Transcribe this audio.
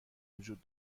وجود